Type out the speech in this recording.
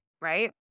right